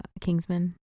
Kingsman